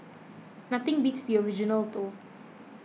nothing beats the original though